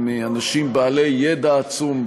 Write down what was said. הם אנשים בעלי ידע עצום,